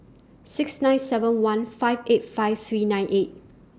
six nine seven one five eight five three nine eight